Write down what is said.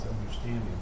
understanding